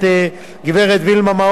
הגברת וילמה מאור,